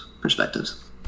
perspectives